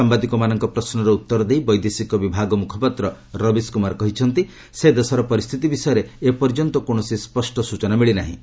ସାୟାଦିକମାନଙ୍କ ପ୍ରଶ୍ନର ଉତ୍ତର ଦେଇ ବୈଦେଶିକ ବିଭାଗ ମୁଖପାତ୍ର ରବିଶ କୁମାର କହିଛନ୍ତି ସେ ଦେଶର ପରିସ୍ଥିତି ବିଷୟରେ ଏ ପର୍ଯ୍ୟନ୍ତ କୌଣସି ସ୍ୱଷ୍ଟ ସ୍ନଚନା ମିଳିନାହିଁ